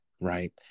Right